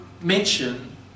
mention